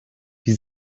wie